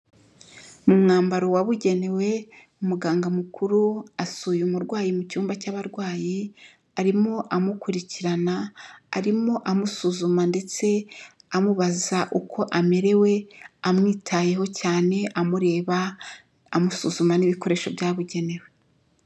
Mu mwambaro wabugenewe umuganga mukuru asuye umurwayi mu cyumba cy'abarwayi, arimo amukurikirana, arimo amusuzuma ndetse amubaza uko amerewe amwitayeho cyane amureba amusuzuma n'ibikoresho byabugenewe.